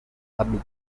public